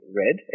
red